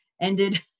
ended